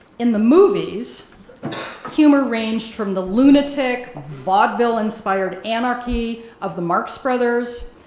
in the movies humor ranged from the lunatic, vaudeville inspired anarchy of the marx brothers,